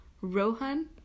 Rohan